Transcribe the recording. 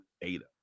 data